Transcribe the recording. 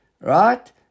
right